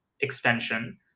extension